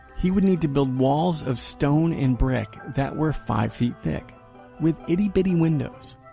he would need to build walls of stone and brick that were five feet thick with itty-bitty windows